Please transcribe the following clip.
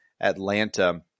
atlanta